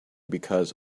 because